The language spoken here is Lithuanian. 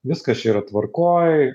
viskas čia yra tvarkoj